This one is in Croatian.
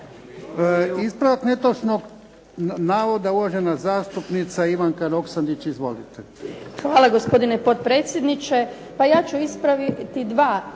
Ispravak netočnog navoda uvažena zastupnica Ivanka Roksandić. Izvolite.